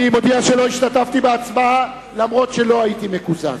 מודיע שלא השתתפתי בהצבעה אף שלא הייתי מקוזז.